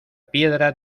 piedra